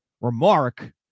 remark